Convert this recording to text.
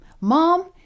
Mom